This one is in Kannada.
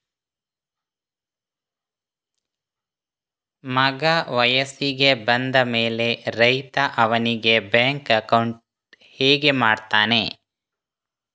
ಮಗ ವಯಸ್ಸಿಗೆ ಬಂದ ಮೇಲೆ ರೈತ ಅವನಿಗೆ ಬ್ಯಾಂಕ್ ಅಕೌಂಟ್ ಹೇಗೆ ಮಾಡ್ತಾನೆ?